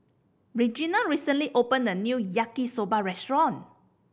Regena recently opened a new Yaki Soba restaurant